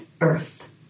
Earth